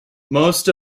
most